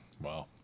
Wow